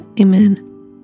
Amen